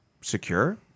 secure